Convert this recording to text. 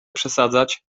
przesadzać